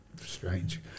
strange